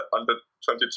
under-22